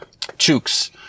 Chooks